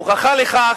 הוכחה לכך,